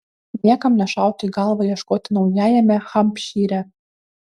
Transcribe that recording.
niekam nešautų į galvą ieškoti naujajame hampšyre